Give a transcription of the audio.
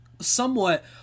somewhat